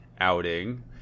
outing